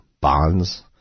bonds